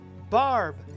Barb